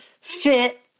fit